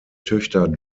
töchter